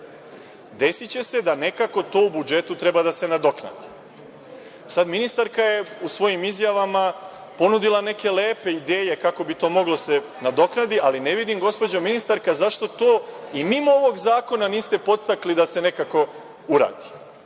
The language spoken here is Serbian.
Desiće se da nekako to budžetu treba da se nadoknadi. Sada, ministarka je u svojim izjavama ponudila neke lepe ideje kako bi to moglo da se nadoknadi, ali ne vidim, gospođo ministarka, zašto to i mimo ovog zakona niste podstakli da se nekako uradi?